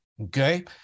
okay